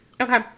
Okay